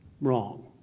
Wrong